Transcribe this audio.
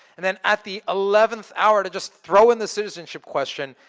and then at the eleventh hour, to just throw in the citizenship question.